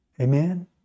Amen